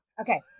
Okay